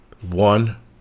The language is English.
one